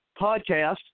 podcast